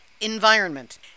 environment